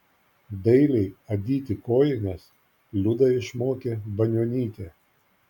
dailiai adyti kojines liudą išmokė banionytė